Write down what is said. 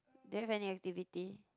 do you have any activity